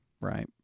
Right